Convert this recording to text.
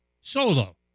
solo